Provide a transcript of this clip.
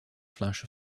flash